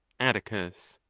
atticus.